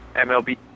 MLB